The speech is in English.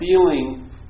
feeling